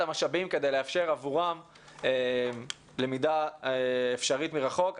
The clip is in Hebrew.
המשאבים כדי לאפשר עבורם למידה אפשרית מרחוק,